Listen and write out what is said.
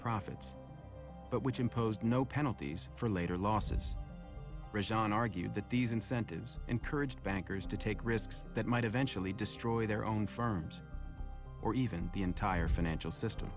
profits but which imposed no penalties for later losses on argued that these incentives encouraged bankers to take risks that might eventually destroy their own firms or even the entire financial system